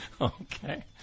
Okay